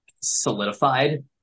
solidified